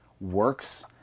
works